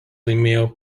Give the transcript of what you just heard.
laimėjo